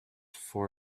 far